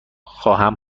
خواهم